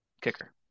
kicker